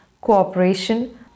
cooperation